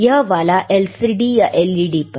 यह वाला LCD या LED पर